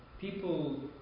People